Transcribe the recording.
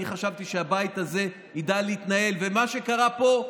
אני חשבתי שהבית הזה ידע להתנהל, ומה שקרה פה,